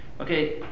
Okay